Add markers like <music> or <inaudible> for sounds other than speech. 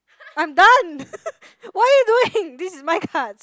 I'm done <laughs> what are you doing this is my cards